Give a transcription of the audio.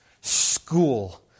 school